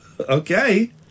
Okay